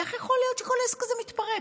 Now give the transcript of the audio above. איך יכול להיות שכל העסק הזה מתפרק?